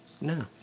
No